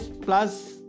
plus